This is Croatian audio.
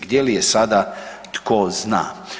Gdje li je sada, tko zna?